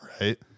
right